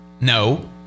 No